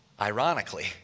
ironically